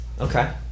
okay